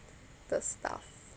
the stuff